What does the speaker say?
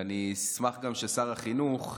ואני אשמח גם ששר החינוך,